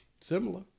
similar